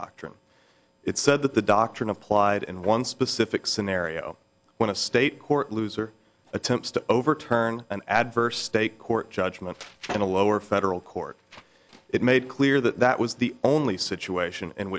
doctrine it said that the doctrine applied in one specific scenario when a state court loser attempts to overturn an adverse state court judgment in a lower federal court it made clear that that was the only situation in